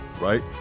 right